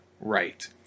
right